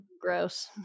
Gross